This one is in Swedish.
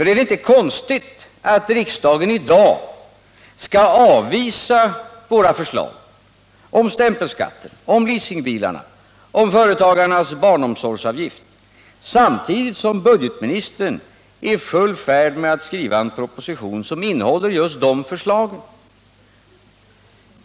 Det är litet konstigt att riksdagen i dag skall avvisa våra förslag — om stämpelskatter, om leasingbilarna, om företagarnas barnomsorgsavgift — samtidigt som budgetministern är i full färd med att skriva en proposition som innehåller just de förslagen.